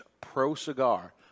pro-cigar